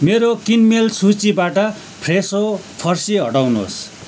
मेरो किनमेल सूचीबाट फ्रेसो फर्सी हटाउनुहोस्